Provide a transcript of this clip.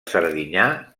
serdinyà